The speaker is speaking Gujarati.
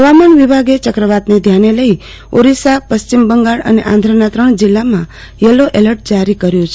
ફવામાન વિભાગે ચક્રવાત ને ધ્યાન લઇ ઓરિસા પ્રશ્ચિમ બંગાળ અને આંધ્ર નાં ત્રણ જીલ્લા માં યલો એલટ જારી કર્યું છે